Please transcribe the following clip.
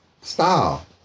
Style